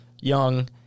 Young